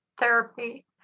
therapy